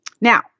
Now